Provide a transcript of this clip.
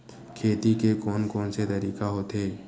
खेती के कोन कोन से तरीका होथे?